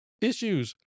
issues